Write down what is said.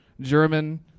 German